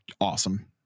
awesome